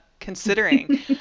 considering